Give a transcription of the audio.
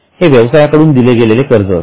हे व्यवसायाकडून दिलेले कर्ज असते